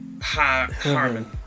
Harmon